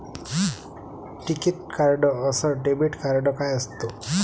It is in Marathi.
टिकीत कार्ड अस डेबिट कार्ड काय असत?